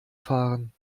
fahren